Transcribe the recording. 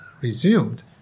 resumed